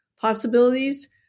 possibilities